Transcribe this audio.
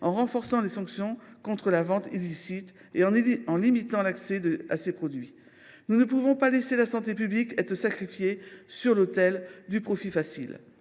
en renforçant les sanctions encourues en cas de vente illicite et en limitant l’accès à ces produits. Nous ne saurions laisser la santé publique être sacrifiée sur l’autel du profit facile.